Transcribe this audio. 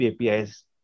APIs